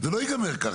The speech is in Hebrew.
זה לא ייגמר ככה.